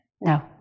No